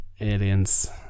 Aliens